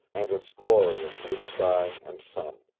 and its glory of blue sky and sun.